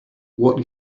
what